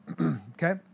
okay